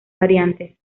variantes